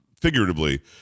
figuratively